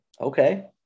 Okay